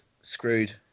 screwed